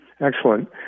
Excellent